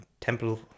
Temple